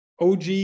OG